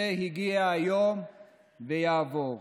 זה הגיע היום ויעבור.